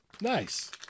Nice